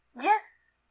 Yes